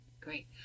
great